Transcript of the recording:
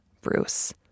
Bruce